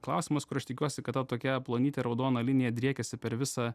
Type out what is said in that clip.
klausimas kur aš tikiuosi kad ta tokia plonytė raudona linija driekiasi per visą